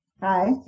hi